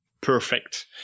Perfect